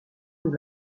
nous